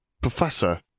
Professor